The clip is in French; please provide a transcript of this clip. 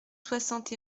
soixante